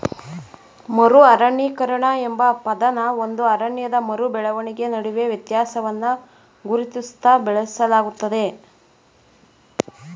ಮರು ಅರಣ್ಯೀಕರಣ ಎಂಬ ಪದನ ಒಂದು ಅರಣ್ಯದ ಮರು ಬೆಳವಣಿಗೆ ನಡುವೆ ವ್ಯತ್ಯಾಸವನ್ನ ಗುರುತಿಸ್ಲು ಬಳಸಲಾಗ್ತದೆ